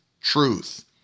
truth